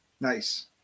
Nice